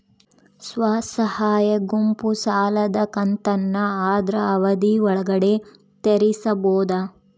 ಸ್ವಸಹಾಯ ಗುಂಪು ಸಾಲದ ಕಂತನ್ನ ಆದ್ರ ಅವಧಿ ಒಳ್ಗಡೆ ತೇರಿಸಬೋದ?